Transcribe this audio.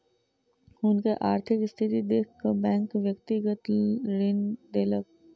हुनकर आर्थिक स्थिति देख कअ बैंक व्यक्तिगत ऋण देलक